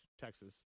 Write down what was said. Texas